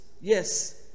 Yes